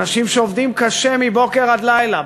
אנשים שעובדים קשה מבוקר עד לילה,